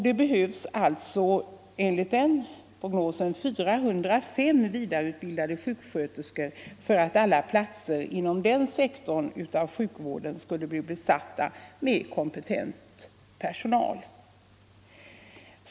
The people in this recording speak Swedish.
Det behövs alltså enligt denna prognos 405 vidareutbildade sjuksköterskor för att alla platser inom denna sektor av sjukvården skall bli besatta med kompetent personal.